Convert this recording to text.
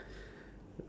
mmhmm